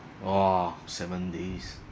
!wah! seven days